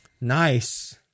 Nice